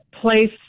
place